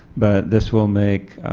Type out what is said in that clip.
but this will make,